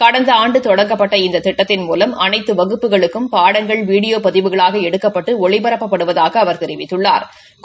கடந்த ஆண்டு தொடங்கப்பட்ட இந்த திட்டத்தின் மூலம் அனைத்து வகுப்புகளுக்கும் பாடங்கள் வீடியோ பதிவுகளாக எடுக்கப்பட்டு ஒளிபரப்பப்படுவதாக அவா் தெரிவித்துள்ளாா்